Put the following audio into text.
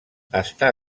està